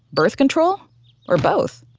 birth control or both?